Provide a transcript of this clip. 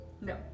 No